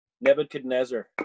Nebuchadnezzar